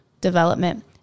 development